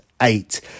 eight